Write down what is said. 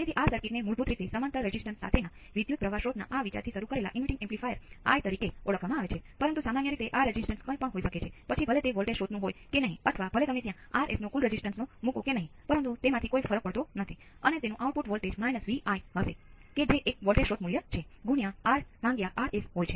તેથી આ બધા મૂળભૂત રીતે જુદા જુદા શબ્દોમાં કહી રહ્યા છે કે અહીં આપણી પાસે જે છે તે ઘાતાંકીય છે